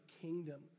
kingdom